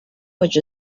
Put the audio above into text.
which